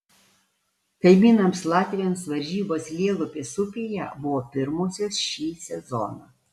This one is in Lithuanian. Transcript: kaimynams latviams varžybos lielupės upėje buvo pirmosios šį sezoną